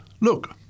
Look